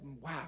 wow